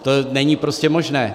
To není prostě možné.